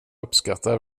uppskattar